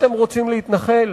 אתם רוצים להתנחל?